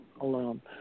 alone